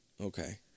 Okay